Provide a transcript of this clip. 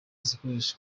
zikoreshwa